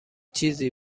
چیزی